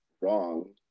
wrong